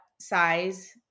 size